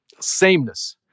sameness